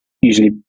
usually